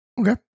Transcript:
Okay